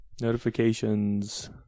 Notifications